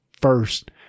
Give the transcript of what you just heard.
first